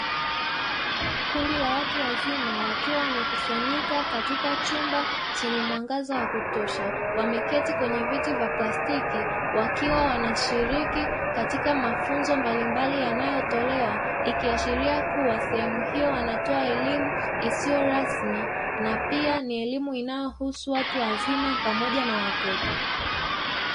Kundi la watu wazima wakiwa wamekusanyika katika chumba chenye mwangaza wa kutosha, wameketi kwenye viti vya plastiki wakiwa wanashiriki katika mafunzo mbalimbali yanayotolewa; ikiashiria kuwa sehemu hiyo wanatoa elima isiyo rasmi na pia ni elimu inayohusu watu wazima pamoja na watoto.